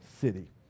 city